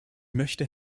möchte